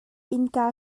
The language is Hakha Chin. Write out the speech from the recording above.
innka